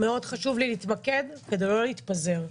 מאוד חשוב להתמקד כדי לא להתפזר.